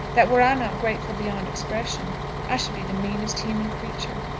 that were i not grateful beyond expression i should be the meanest human creature.